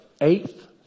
eighth